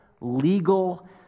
legal